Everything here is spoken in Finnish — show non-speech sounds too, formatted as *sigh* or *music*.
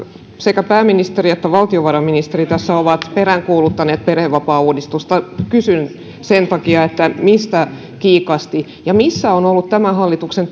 sekä pääministeri että valtiovarainministeri ovat peräänkuuluttaneet perhevapaauudistusta kysyn sen takia mistä kiikasti ja missä ovat olleet tämän hallituksen *unintelligible*